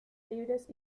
libres